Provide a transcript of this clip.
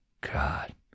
God